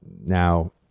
Now